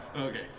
Okay